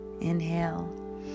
inhale